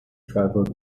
travelled